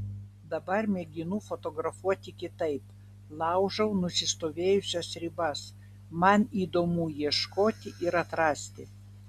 dabar mėginu fotografuoti kitaip laužau nusistovėjusias ribas man įdomu ieškoti ir atrasti